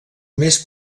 més